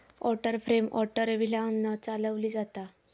water frame water व्हीलांन चालवली जाता